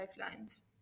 lifelines